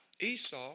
Esau